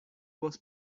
was